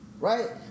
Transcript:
right